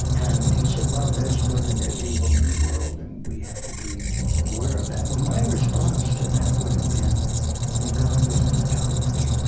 and he said, well, there's good and there's evil in the world, and we have to be aware of that. well, my response to that would have been that god was in the towers.